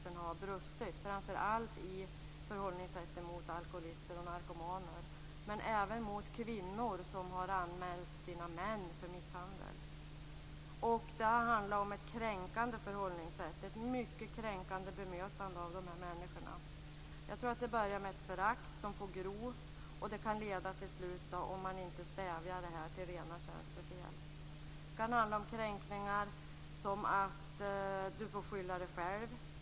Det gäller framför allt förhållningssättet mot alkoholister och narkomaner men även mot kvinnor som har anmält sina män för misshandel. Det har varit ett kränkande förhållningssätt och ett mycket kränkande bemötande av dessa människor. Jag tror att det börjar med ett förakt som får gro. Det kan till slut, om man inte stävjar det, leda till rena tjänstefel. Det kan vara kränkningar som att man säger: Du får skylla dig själv!